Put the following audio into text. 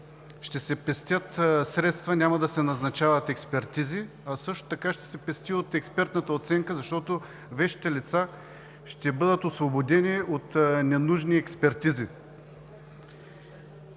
ще се пестят средства, няма да се назначават експертизи, а също така ще се пести от експертната оценка, защото вещите лица ще бъдат освободени от ненужни експертизи.